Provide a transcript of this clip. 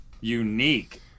unique